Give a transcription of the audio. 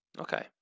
Okay